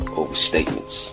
overstatements